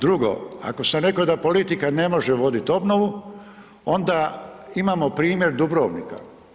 Drugo, ako sam rekao da politika ne može vodit obnovu, onda imamo primjer Dubrovnika.